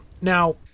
Now